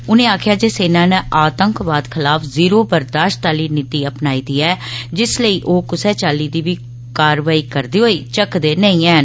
उनें आक्खेआ जे सेना नै आतंकवाद खलाफ जीरो बरदाश्त आली नीति अपनाई दी ऐ जिस लेई ओह् कुसै चाल्ली दी बी कारवाई करदे होई झकदे नेई हैन